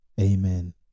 Amen